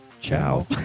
Ciao